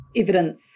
evidence